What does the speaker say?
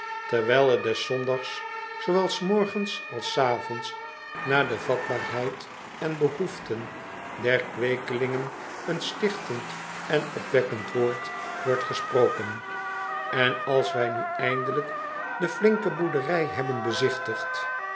terwijl er des zondags zoowel s morgens als s avonds naar de vatbaarheid en behoeften der kweekelingen een stichtend en opwekkend woord wordt gesproken en als wij nu eindelijk de flinke boerderij hebben